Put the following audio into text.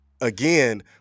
Again